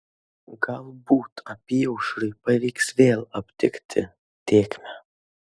galbūt apyaušriui pavyks vėl aptikti tėkmę